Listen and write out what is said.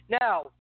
Now